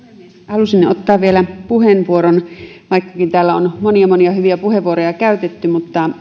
halusin ottaa vielä puheenvuoron vaikkakin täällä on monia monia hyviä puheenvuoroja käytetty